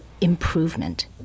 improvement